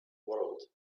world